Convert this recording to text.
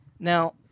Now